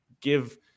give